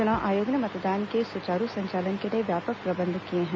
चुनाव आयोग ने मतदान के सुचारू संचालन के लिए व्यापक प्रबंध किए हैं